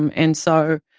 um and so,